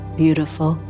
beautiful